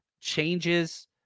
changes